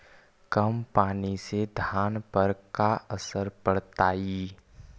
कम पनी से धान पर का असर पड़तायी?